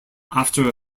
after